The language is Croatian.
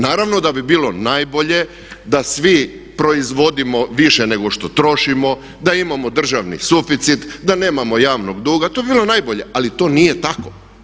Naravno da bi bilo najblje da svi proizvodimo više nego što trošimo, da imamo državni suficit, da nemamo javnog duga, to bi bilo najbolje ali to nije tako.